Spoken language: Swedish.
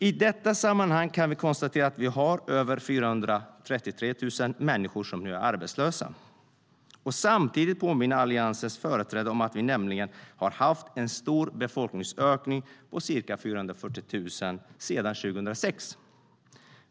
I detta sammanhang kan vi konstatera att vi har över 433 000 människor som nu är arbetslösa. Vi kan samtidigt påminna Alliansens företrädare om att vi nämligen har haft en stor befolkningsökning på ca 440 000 sedan 2006.